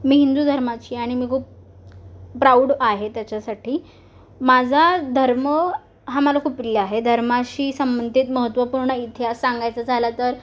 मी हिंदू धर्माची आहे आणि मी खूप प्राऊड आहे त्याच्यासाठी माझा धर्म हा मला खूप प्रिय आहे धर्माशी संबंधित महत्त्वपूर्ण इतिहास सांगायचं झालं तर